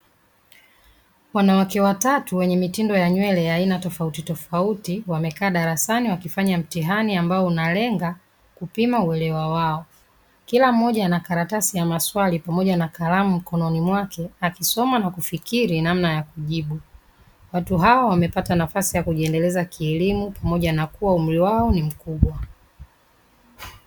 Wanawake watatu wenye mitindo ya nywele ya aina tofautitofauti, wamekaa darasani wakifanya mtihani ambao unalenga kupima uelewa wao. Kila mmoja ana karatasi ya maswali pamoja na kalamu mkononi mwake, akisoma na kufikiri namna ya kujibu. Watu hawa wamepata nafasi ya kujiendeleza kielimu pamoja na kuwa umri wao ni mkubwa.